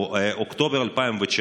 או אוקטובר 2019,